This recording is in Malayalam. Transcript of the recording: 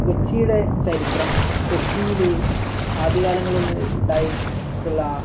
കൊച്ചിയുടെ ചരിത്രം കൊച്ചിയിൽ ആദ്യ കാലങ്ങളിൽ ഉണ്ടായിട്ടുള്ള